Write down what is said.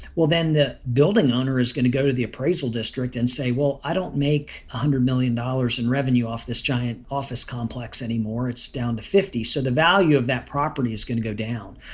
well, then the building owner is going to go to the appraisal district and say, well, i don't make ah hundred hundred million dollars in revenue off this giant office complex anymore. it's down to fifty. so the value of that property is going to go down.